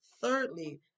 Thirdly